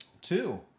Two